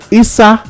isa